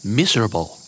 miserable